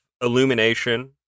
Illumination